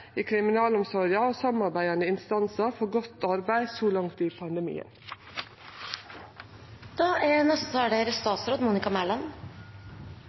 i kriminalomsorga og samarbeidande instansar for godt arbeid så langt i